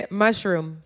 mushroom